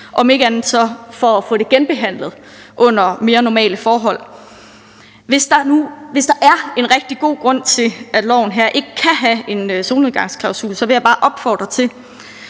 om ikke andet så for at få det genbehandlet under mere normale forhold. Hvis der er en rigtig god grund til, at lovforslaget her ikke kan have en solnedgangsklausul, vil jeg bare opfordre til,